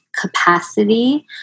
capacity